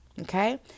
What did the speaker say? Okay